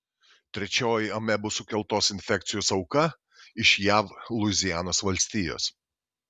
trečioji amebų sukeltos infekcijos auka iš jav luizianos valstijos